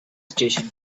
station